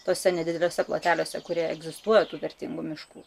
tuose nedideliuose ploteliuose kurie egzistuoja tų vertingų miškų